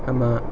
ஆமா:aamaa